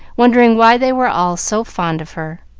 wondering why they were all so fond of her.